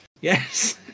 Yes